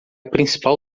principal